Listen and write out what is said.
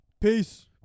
Peace